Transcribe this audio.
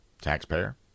taxpayer